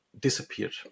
disappeared